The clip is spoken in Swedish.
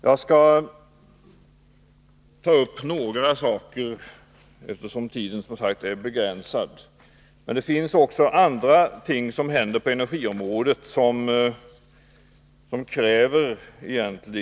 Eftersom tiden är begränsad skall jag bara ta upp några saker, trots att det händer mycket på energiområdet som egentligen kräver en debatt.